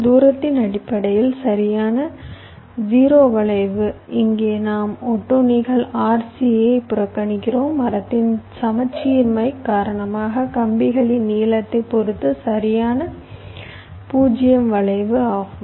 தூரத்தின் அடிப்படையில் சரியான 0 வளைவு இங்கே நாம் ஒட்டுண்ணிகள் RC யை புறக்கணிக்கிறோம் மரத்தின் சமச்சீர்மை காரணமாக கம்பிகளின் நீளத்தைப் பொறுத்து சரியான 0 வளைவு ஆகும்